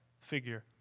figure